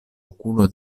okulo